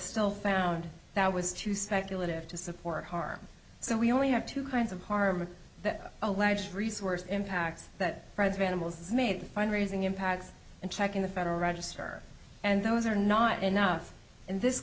still found that was too speculative to support harm so we only have two kinds of harm that alleged resource impacts that president is made fund raising impacts and checking the federal register and those are not enough in this